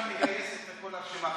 אני עכשיו מגייס את כל הרשימה,